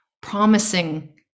promising